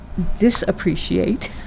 disappreciate